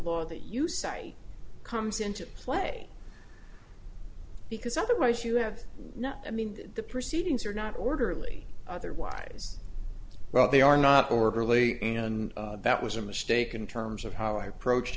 law that you cite comes into play because otherwise you have not i mean the proceedings are not orderly otherwise but they are not orderly and that was a mistake in terms of how i approached